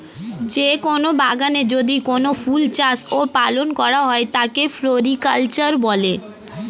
যে কোন বাগানে যদি কোনো ফুল চাষ ও পালন করা হয় তাকে ফ্লোরিকালচার বলে